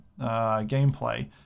gameplay